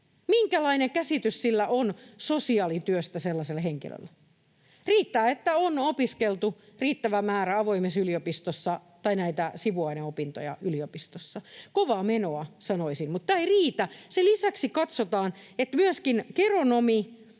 minkälainen käsitys on sosiaalityöstä sellaisella henkilöllä? Riittää, että on opiskeltu riittävä määrä avoimessa yliopistossa tai näitä sivuaineopintoja yliopistossa. Kovaa menoa, sanoisin. Mutta tämä ei riitä. Sen lisäksi katsotaan, että myöskin geronomi